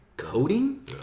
Coding